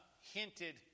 hinted